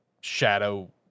shadow